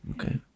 Okay